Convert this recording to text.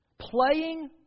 Playing